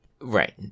right